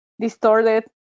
distorted